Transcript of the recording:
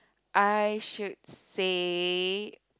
I should say